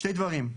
שני דברים,